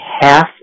half